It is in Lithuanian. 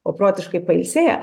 o protiškai pailsėję